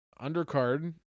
undercard